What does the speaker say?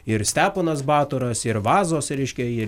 ir steponas batoras ir vazos reiškia ir